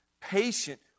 patient